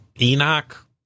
Enoch